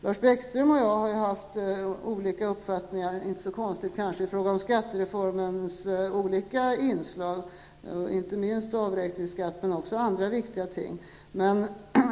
Lars Bäckström och jag har haft olika uppfattningar -- inte så konstigt kanske -- i fråga om skattereformens olika inslag, inte minst om avräkningsskatten, men också om andra viktiga ting.